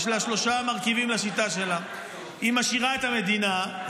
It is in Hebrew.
יש לה שלושה מרכיבים לשיטה שלה: היא משאירה את המדינה,